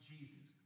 Jesus